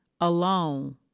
alone